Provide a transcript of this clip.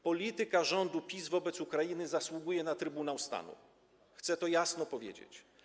Polityka rządu PiS wobec Ukrainy zasługuje na Trybunał Stanu, chcę to jasno powiedzieć.